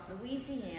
Louisiana